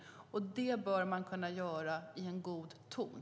Den dialogen bör man kunna ha i en god ton.